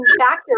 factors